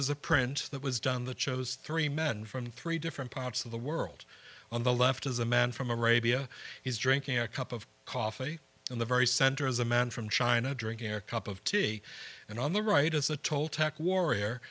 is a print that was done the chose three men from three different parts of the world on the left is a man from arabia he's drinking a cup of coffee in the very center as a man from china drinking a cup of tea and on the right is a toltec warrior